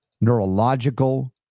neurological